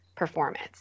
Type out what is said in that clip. Performance